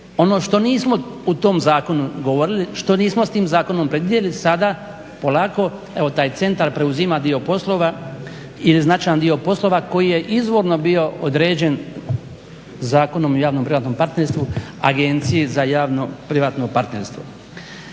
ono što nismo u tom zakonu govorili, što nismo s tim zakonom predvidjeli, sada polako taj centar preuzima dio poslova i značajan dio poslova koji je izvorno bio određen Zakonom o javno privatnom partnerstvu Agencije za javno privatno partnerstvo.